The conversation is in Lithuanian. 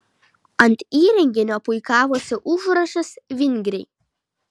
ant įrenginio puikavosi užrašas vingriai